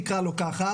נקרא לו ככה,